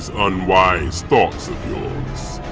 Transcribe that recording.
unwise thoughts of yours,